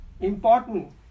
important